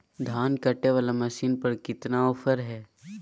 धान कटे बाला मसीन पर कितना ऑफर हाय?